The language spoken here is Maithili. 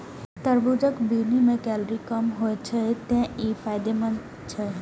तरबूजक बीहनि मे कैलोरी कम होइ छै, तें ई फायदेमंद छै